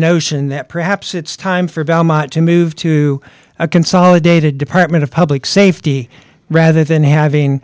notion that perhaps it's time for belmont to move to a consolidated department of public safety rather than having